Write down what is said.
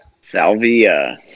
Salvia